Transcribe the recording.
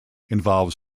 involves